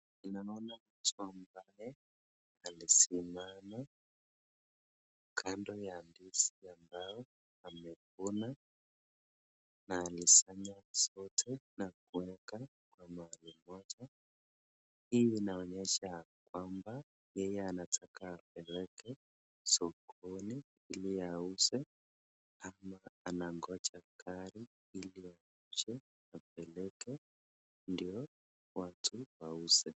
Ninaona mtu ambaye alisimama kando ya ndizi ambayo amevuna na alisanya zote na kuweka kwa mahali moja. Hii inaonyesha ya kwamba yeye anataka aipeleke sokoni ili aiuze ama anangoja gari ili ikuje apeleke ndio watu wauze.